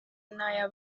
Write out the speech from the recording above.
n’aya